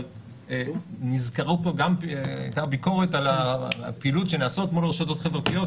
אבל נזכרה פה בעיקר ביקורת על הפעילות שנעשית מול רשתות חברתיות.